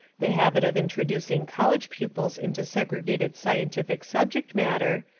the habit of introducing college pupils into segregated scientific subject matter,